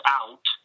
out